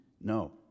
No